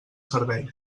servei